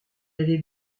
avait